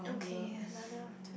okay another